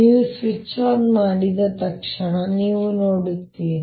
ನೀವು switch on ಮಾಡಿದ ತಕ್ಷಣ ನೀವು ನೋಡುತ್ತೀರಿ